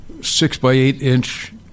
six-by-eight-inch